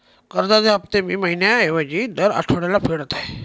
कर्जाचे हफ्ते मी महिन्या ऐवजी दर आठवड्याला फेडत आहे